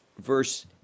verse